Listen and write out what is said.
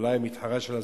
זה אולי המתחרה שלה,